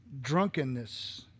Drunkenness